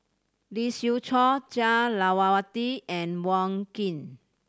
Lee Siew Choh Jah Lelawati and Wong Keen